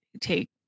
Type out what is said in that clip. take